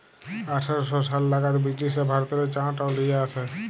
আঠার শ সাল লাগাদ বিরটিশরা ভারতেল্লে চাঁট লিয়ে আসে